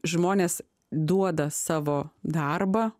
žmonės duoda savo darbą